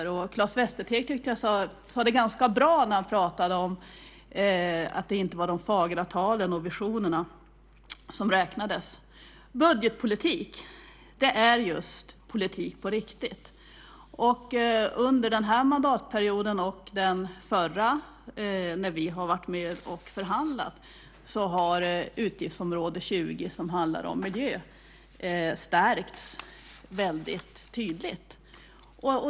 Jag tycker att Claes Västerteg formulerade det ganska bra när han sade att det inte är de fagra talen och visionerna som räknas. Budgetpolitik är just politik på riktigt. Under den här mandatperioden och under den förra när vi varit med och förhandlat har utgiftsområde 20, som handlar om miljö, stärkts väldigt tydligt.